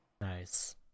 Nice